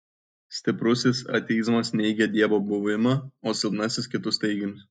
stiprusis ateizmas neigia dievų buvimą o silpnasis kitus teiginius